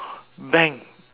bang